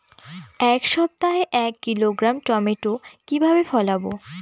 এক সপ্তাহে এক কিলোগ্রাম টমেটো কিভাবে ফলাবো?